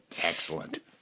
Excellent